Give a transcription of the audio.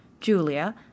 Julia